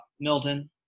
Milton